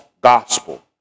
gospel